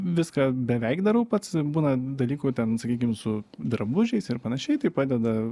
viską beveik darau pats būna dalykų ten sakykim su drabužiais ir panašiai tai padeda